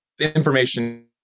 information